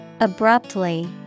Abruptly